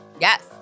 Yes